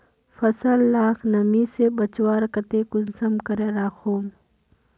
फसल लाक नमी से बचवार केते कुंसम करे राखुम?